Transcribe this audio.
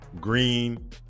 green